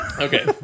Okay